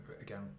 again